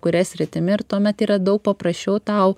kuria sritimi ir tuomet yra daug paprasčiau tau